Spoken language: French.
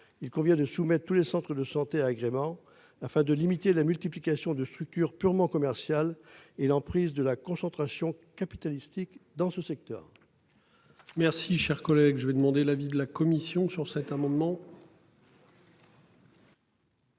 Il convient de soumettre tous les centres de santé agrément afin de limiter la multiplication de structures purement commerciale et l'emprise de la concentration capitalistique dans ce secteur.